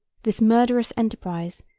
this murderous enterprise,